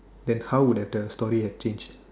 then how would have the story have changed